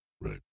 Right